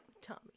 Tommy